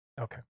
Okay